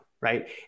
right